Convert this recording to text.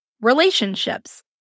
relationships